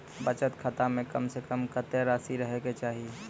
बचत खाता म कम से कम कत्तेक रासि रहे के चाहि?